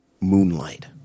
moonlight